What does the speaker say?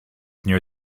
near